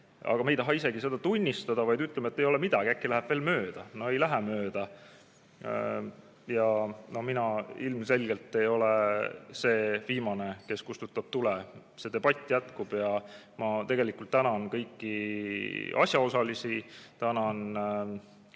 Aga me ei taha isegi seda tunnistada, vaid ütleme, et ei ole midagi, äkki läheb veel mööda. No ei lähe mööda. Ja mina ilmselgelt ei ole see viimane, kes kustutab tule. See debatt jätkub. Ja ma tänan kõiki asjaosalisi. Tänan